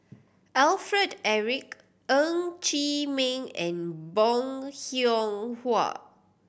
Alfred Eric Ng Chee Meng and Bong Hiong Hwa